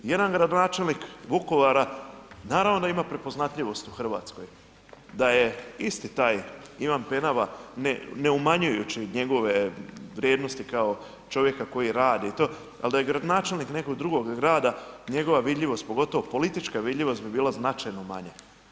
Jedan gradonačelnik Vukovara naravno da ima prepoznatljivost u Hrvatskoj, da je isti taj Ivan Penava, ne umanjujući njegove vrijednosti kao čovjeka koji radi i to, ali da je gradonačelnik nekog drugog grada njegova vidljivost, pogotovo politička vidljivost bi bila značajno manja.